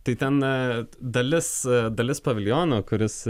tai ten dalis dalis paviljono kuris